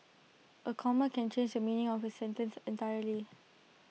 A comma can change the meaning of A sentence entirely